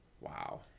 Wow